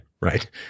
right